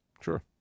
Sure